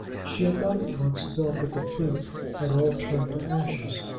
she had not at once felt that the fruit had all turned to ashes.